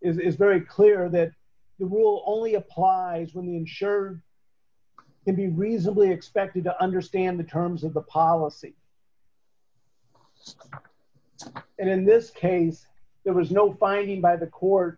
is very clear that the rule only applies when the insurer to be reasonably expected to understand the terms of the policy and in this case there was no finding by the court